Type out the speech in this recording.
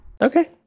Okay